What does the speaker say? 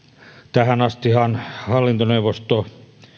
tähän astihan hallintoneuvosto